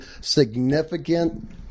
significant